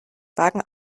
wagen